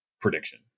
prediction